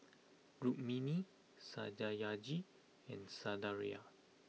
Rukmini Satyajit and Sundaraiah